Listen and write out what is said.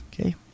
Okay